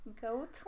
goat